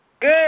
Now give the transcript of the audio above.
Good